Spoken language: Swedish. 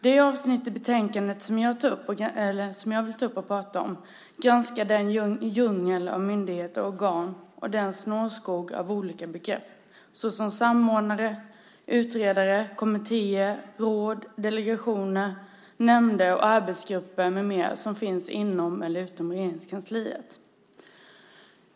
Det avsnitt i betänkandet som jag vill prata om granskar den djungel av myndigheter och organ och den snårskog av olika begrepp, såsom samordnare, utredare, kommittéer, råd, delegationer, nämnder, arbetsgrupper med mera, som finns inom och utom Regeringskansliet.